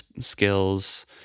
skills